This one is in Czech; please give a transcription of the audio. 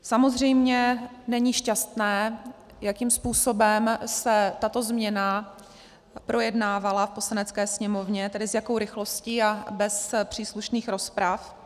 Samozřejmě není šťastné, jakým způsobem se tato změna projednávala v Poslanecké sněmovně, tedy s jakou rychlostí a bez příslušných rozprav.